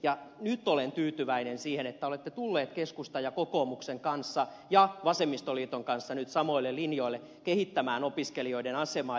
ja nyt olen tyytyväinen siihen että olette tulleet keskustan ja kokoomuksen kanssa ja vasemmistoliiton kanssa nyt samoille linjoille kehittämään opiskelijoiden asemaa